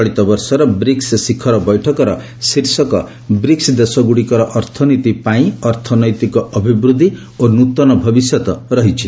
ଚଳିତବର୍ଷର ବ୍ରିକ୍କ ଶିଖର ବୈଠକର ଶୀର୍ଷକ 'ବ୍ରିକ୍ନ ଦେଶଗୁଡ଼ିକର ଅର୍ଥନୀତି ପାଇଁ ଅର୍ଥନୈତିକ ଅଭିବୃଦ୍ଧି ଓ ନୂତନ ଭବିଷ୍ୟତ' ରହିଛି